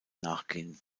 nachgehen